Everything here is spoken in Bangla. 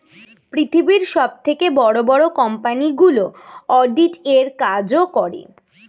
পৃথিবীর সবথেকে বড় বড় কোম্পানিগুলো অডিট এর কাজও করে